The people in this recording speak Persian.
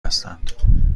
هستند